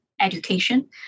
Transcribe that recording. education